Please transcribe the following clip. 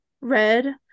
red